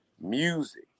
music